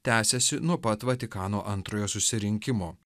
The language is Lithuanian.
tęsiasi nuo pat vatikano antrojo susirinkimo